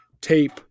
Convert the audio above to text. tape